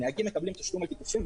הנהגים מקבלים תשלום על תיקופים,